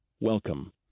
welcome